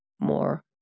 more